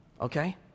Okay